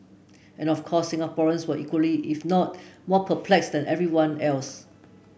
and of course Singaporeans were equally if not more perplexed than everyone else